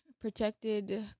protected